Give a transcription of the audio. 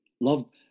Love